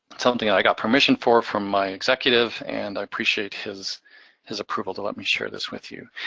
something i got permission for from my executive, and i appreciate his his approval to let me share this with you.